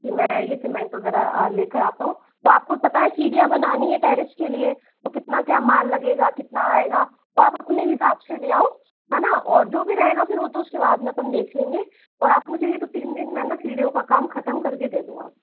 कि मैं ये सीमेंट वगैरह लेकर आ पाऊँ तो आपको पता है सीढ़ियाँ बनानी हैं टेरेस के लिए कितना क्या माल लगेगा कितना आएगा तो आप अपने हिसाब से ले आओ है ना और जो भी रहेगा फिर वो तो उसके बाद में अपन देख लेंगे और आप मुझे ये तो तीन दिन में है ना सीढ़ियों का काम खतम कर के दे दो आप